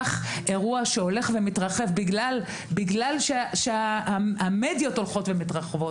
אירוע שהולך ומתרחב בגלל שהמדיות הולכות ומתרחבות.